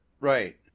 Right